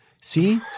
See